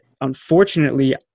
unfortunately